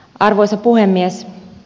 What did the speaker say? arvoisa puhemies